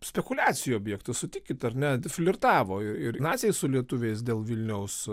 spekuliacijų objektu sutikit ar ne flirtavo ir naciai su lietuviais dėl vilniaus